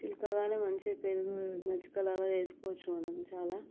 చిలుకగానే మంచిగా పెరుగు మజ్జిక లాగా చేసుకోవచ్చు మనం చాలా